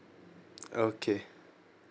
okay